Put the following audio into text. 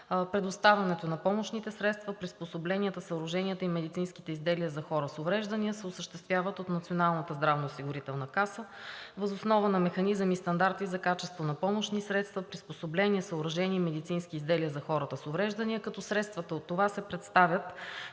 предоставянето на помощните средства, приспособленията, съоръженията и медицинските изделия за хора с увреждания се осъществяват от Националната здравноосигурителна каса въз основа на механизъм и стандарти за качество на помощни средства, приспособления, съоръжения и медицински изделия за хората с увреждания, като средствата от това се предоставят